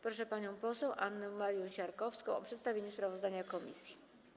Proszę panią poseł Annę Marię Siarkowską o przedstawienie sprawozdania komisji.